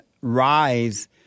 rise